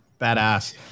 badass